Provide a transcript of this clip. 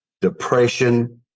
depression